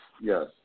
yes